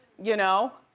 you know?